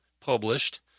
published